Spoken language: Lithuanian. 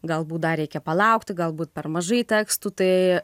galbūt dar reikia palaukti galbūt per mažai tekstų tai